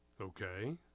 Okay